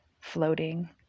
floating